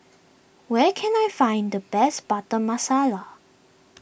where can I find the best Butter Masala